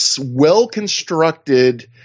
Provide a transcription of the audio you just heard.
well-constructed